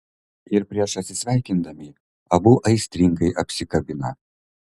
ir prieš atsisveikindami abu aistringai apsikabina